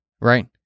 right